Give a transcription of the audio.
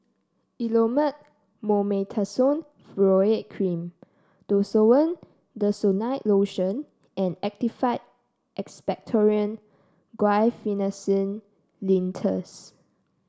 Elomet Mometasone Furoate Cream Desowen Desonide Lotion and Actified Expectorant Guaiphenesin Linctus